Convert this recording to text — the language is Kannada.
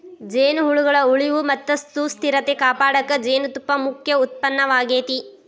ಜೇನುಹುಳಗಳ ಉಳಿವು ಮತ್ತ ಸುಸ್ಥಿರತೆ ಕಾಪಾಡಕ ಜೇನುತುಪ್ಪ ಮುಖ್ಯ ಉತ್ಪನ್ನವಾಗೇತಿ